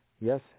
Yes